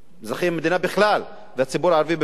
אזרחי המדינה בכלל והציבור הערבי בפרט,